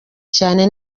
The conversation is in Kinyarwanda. cyane